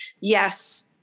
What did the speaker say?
yes